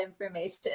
information